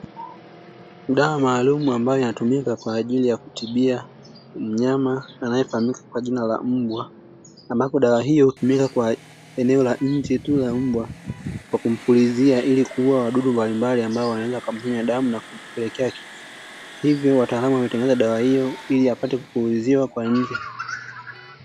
Dawa maalumu ambayo inatumika kwa ajili ya kutibia mnyama anayefahamika kwa jina la mbwa, ambapo dawa hiyo hutumika kwa eneo la nje tu la mbwa. Kwa kumpulizia ili kuua wadudu mbalimbali ambao wanaweza kumnyonya damu na kupelekea kifo, hivyo wataalamu wametengeneza dawa hiyo ili aweze kupuliziwa kwa nje.